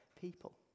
people